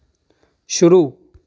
शुरू